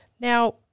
Now